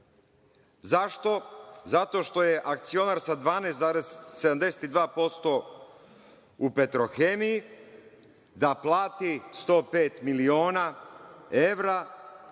Zašto? Zato što je akcionar sa 12,72% u „Petrohemiji“, da plati 105 miliona evra